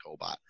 COBOT